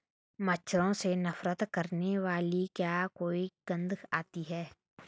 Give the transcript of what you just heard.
मच्छरों से नफरत करने वाली क्या कोई गंध आती है?